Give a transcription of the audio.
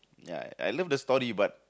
ya I love the story but